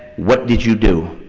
what did you do,